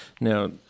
Now